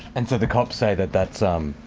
and so the cops say that that's. um